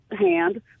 hand